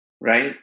right